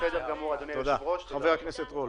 גם עבדתי מול יושב-ראש שוק ההון.